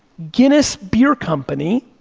guinness beer company,